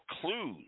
clues